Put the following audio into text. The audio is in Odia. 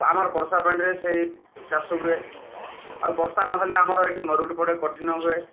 ଆମର୍ ବର୍ଷା ପାଣିରେ ସେହି ଚାଷ ହୁଏ ଆଉ ବର୍ଷା ନହେଲେ ଆମର ଏଇଠି ମରୁଡ଼ି ପଡ଼େ କଠିନ ହୁଏ